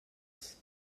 else